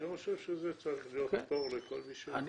אני חושב שצריך להיות פטור לכמה שיותר